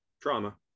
trauma